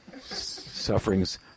Suffering's